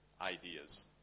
ideas